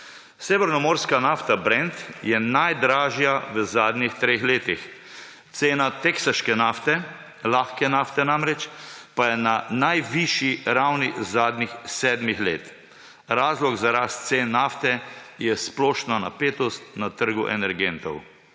Severnomorska nafta brent je najdražja v zadnjih treh letih. Cena teksaške nafte, lahke nafte namreč, pa je na najvišji ravni zadnjih sedem let. Razlog za rast cen nafte je splošna napetost na trgu energentov.